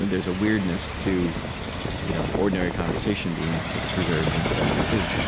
and there's a weirdness to you know ordinary conversation being sort of preserved in stone too